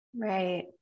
Right